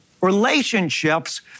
relationships